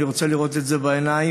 אני רוצה לראות את זה בעיניים,